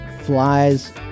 flies